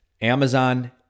Amazon